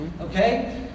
Okay